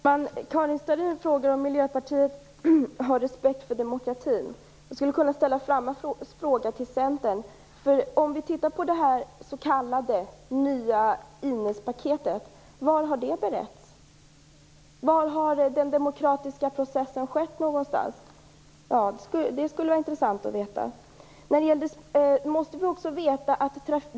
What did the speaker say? Herr talman! Karin Starrin frågar om vi i Miljöpartiet har respekt för demokratin. Jag skulle kunna ställa samma fråga till Centern. Men var har det nya s.k. Inespaketet beretts? Var har den demokratiska processen skett? Det skulle vara intressant att få veta.